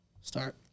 start